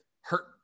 hurt